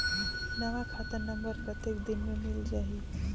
नवा खाता नंबर कतेक दिन मे मिल जाही?